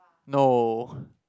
no